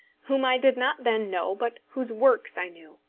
whom i did not then know, but whose works i knew.